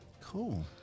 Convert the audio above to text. Cool